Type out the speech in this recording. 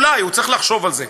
אולי, הוא צריך לחשוב על זה.